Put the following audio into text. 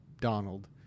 Donald